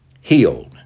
healed